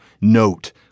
note